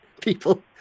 people